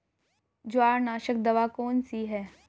जवारनाशक दवा कौन सी है?